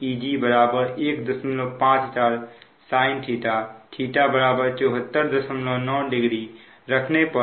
154 sin θ 7490 रखने पर